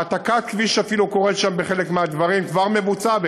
אפילו נעשית שם העתקת כביש בחלק מהמקומות כבר מבוצע,